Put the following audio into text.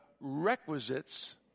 requisites